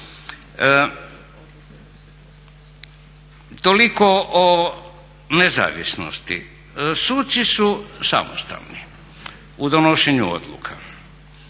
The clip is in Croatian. Toliko o nezavisnosti. Suci su samostalni u donošenju odluka.